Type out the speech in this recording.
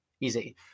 easy